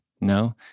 No